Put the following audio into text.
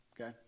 Okay